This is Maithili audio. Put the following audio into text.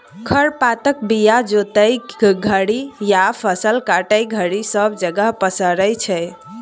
खर पातक बीया जोतय घरी या फसल काटय घरी सब जगह पसरै छी